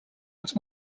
els